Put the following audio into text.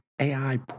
AI